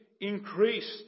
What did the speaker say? increased